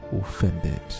offended